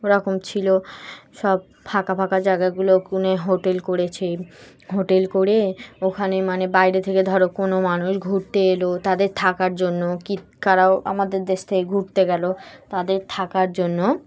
ওরকম ছিল সব ফাঁকা ফাঁকা জায়গাগুলো কুনে হোটেল করেছে হোটেল করে ওখানে মানে বাইরে থেকে ধরো কোনো মানুষ ঘুরতে এলো তাদের থাকার জন্য কি কারও আমাদের দেশ থেকে ঘুরতে গেলো তাদের থাকার জন্য